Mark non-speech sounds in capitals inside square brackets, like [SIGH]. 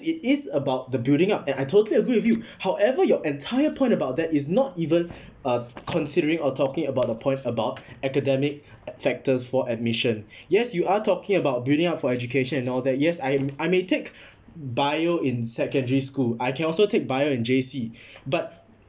it is about the building up and I totally agree with you [BREATH] however your entire point about that is not even uh considering or talking about the point about academic factors for admission yes you are talking about building up for education and all that yes I'm I may take bio in secondary school I can also take bio in J_C [BREATH] but